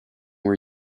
were